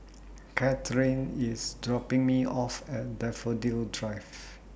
Katherine IS dropping Me off At Daffodil Drive